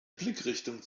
blickrichtung